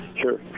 sure